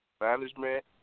management